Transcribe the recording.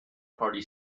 party